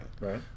right